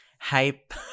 hype